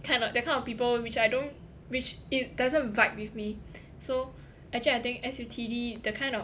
kind of that kind of people which I don't which it doesn't vibe with me so actually I think S_U_T_D the kind of